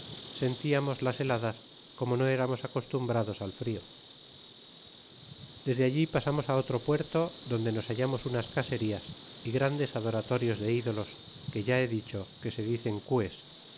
sentiamos las heladas como no eramos acostumbrados al frío y desde allí pasamos otro puerto donde hallamos unas caserías y grandes adoratorios de ídolos que ya he dicho que se dicen cues